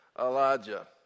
Elijah